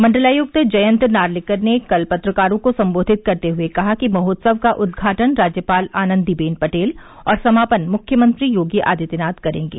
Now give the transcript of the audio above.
मंडलायुक्त जयंत नार्लिकर ने कल पत्रकारों को संबोधित करते हुए कहा कि महोत्सव का उदघाटन राज्यपाल आनन्दीबेन पटेल और समापन मुख्यमंत्री योगी आदित्यनाथ करेंगे